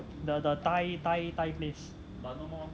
the the thai thai place